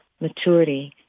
maturity